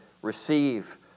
Receive